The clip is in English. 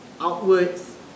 outwards